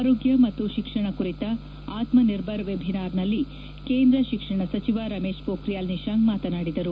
ಆರೋಗ್ಯ ಮತ್ತು ಶಿಕ್ಷಣ ಕುರಿತ ಆತ್ಮನಿರ್ಭರ್ ವೆಬಿನಾರ್ನಲ್ಲಿ ಕೇಂದ್ರ ಶಿಕ್ಷಣ ಸಚಿವ ರಮೇಶ್ ಮೋಬಿಯಲ್ ನಿಶಾಂಕ್ ಮಾತನಾಡಿದರು